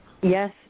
Yes